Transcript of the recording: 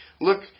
look